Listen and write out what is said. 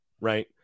right